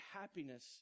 happiness